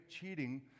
cheating